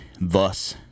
thus